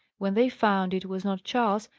when they found it was not charles,